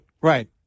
Right